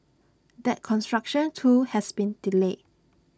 that construction too has been delayed